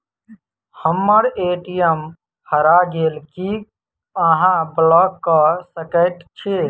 हम्मर ए.टी.एम हरा गेल की अहाँ ब्लॉक कऽ सकैत छी?